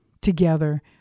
together